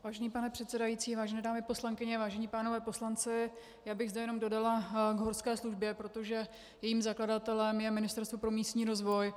Vážený pane předsedající, vážené dámy poslankyně, vážení páni poslanci, já bych zde jenom dodala k horské službě, protože jejím zakladatelem je Ministerstvo pro místní rozvoj.